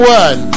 one